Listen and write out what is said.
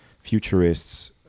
futurists